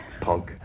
punk